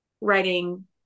writing